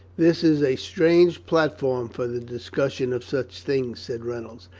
this is a strange platform for the discussion of such things, said reynolds.